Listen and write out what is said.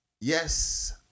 Yes